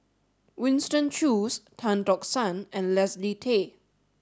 Winston Choos Tan Tock San and Leslie Tay